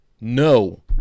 No